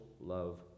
love